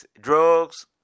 drugs